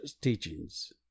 teachings